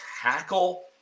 tackle